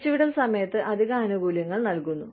പിരിച്ചുവിടൽ സമയത്ത് അധിക ആനുകൂല്യങ്ങൾ നൽകുന്നു